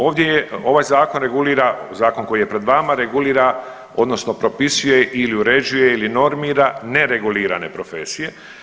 Ovdje je, ovaj zakon regulira, zakon koji je pred vama regulira odnosno propisuje ili uređuje ili normira neregulirane profesije.